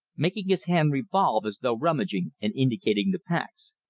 making his hand revolve as though rummaging, and indicating the packs.